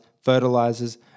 fertilizers